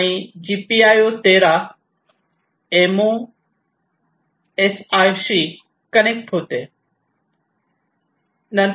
आणि जीपीआयओ 13 एमओएसआयशी कनेक्ट होते